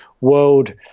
world